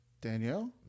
Danielle